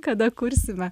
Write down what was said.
kada kursime